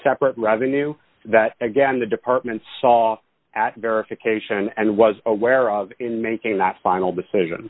separate revenue that again the department saw at verification and was aware of in making that final decision